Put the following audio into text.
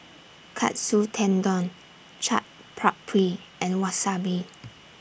Katsu Tendon Chaat Papri and Wasabi